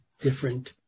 different